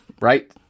right